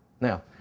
Now